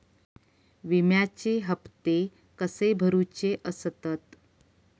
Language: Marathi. विम्याचे हप्ते कसे भरुचे असतत?